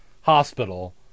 hospital